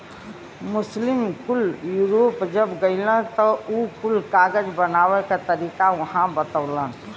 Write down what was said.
मुस्लिम कुल यूरोप जब गइलन त उ कुल कागज बनावे क तरीका उहाँ बतवलन